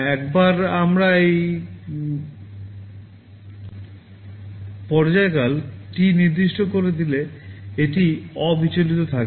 একবার আমরা এই পর্যায়কাল T নির্দিষ্ট করে দিলে এটি অবিচলিত থাকবে